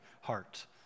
heart